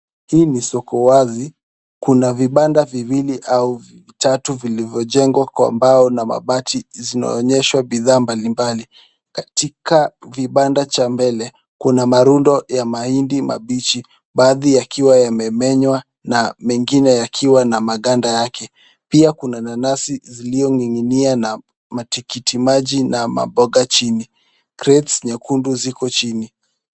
Hii ni soko wazi. Kuna vibanda viwili au vitatu vilivyojengwa kwa mbao au mabati zinaonyeshwa bidhaa mbalimbali. Katika vibanda vya mbele kuna marundo ya mahindi mabichi baadhi yakiwa yamemenywa na mengine yakiwa na maganda yake. Pia kuna nanasi zilizoning'inia na matikiti maji na maboga chini. crates nyekundu ziko chini.